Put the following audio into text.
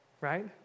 right